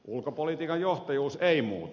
ulkopolitiikan johtajuus ei muutu